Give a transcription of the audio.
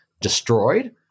destroyed